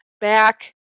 back